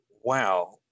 Wow